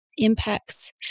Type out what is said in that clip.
impacts